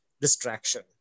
distraction